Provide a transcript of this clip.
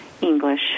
English